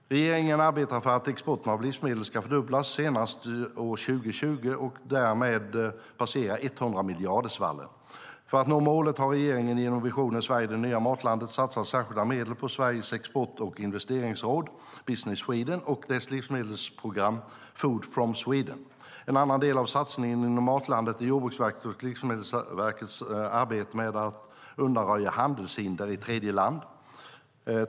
Regeringen arbetar för att exporten av livsmedel ska fördubblas senast år 2020 och därmed passera 100-miljardersvallen. För att nå målet har regeringen genom visionen Sverige - det nya matlandet satsat särskilda medel på Sveriges export och investeringsråd Business Sweden och dess livsmedelsprogram Food from Sweden. En annan del av satsningen inom Matlandet är Jordbruksverkets och Livsmedelsverkets arbete med att undanröja handelshinder i tredje land.